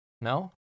No